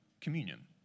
communion